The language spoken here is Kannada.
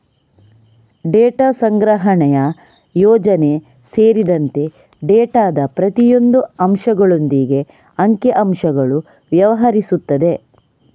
ಡೇಟಾ ಸಂಗ್ರಹಣೆಯ ಯೋಜನೆ ಸೇರಿದಂತೆ ಡೇಟಾದ ಪ್ರತಿಯೊಂದು ಅಂಶಗಳೊಂದಿಗೆ ಅಂಕಿ ಅಂಶಗಳು ವ್ಯವಹರಿಸುತ್ತದೆ